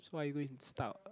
so are you going to start